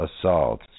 assault